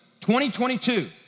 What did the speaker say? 2022